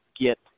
get